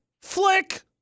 flick